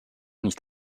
nicht